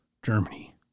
Germany